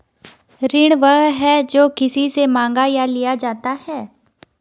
ऋण वह है, जो किसी से माँगा या लिया जाता है